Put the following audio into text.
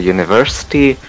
University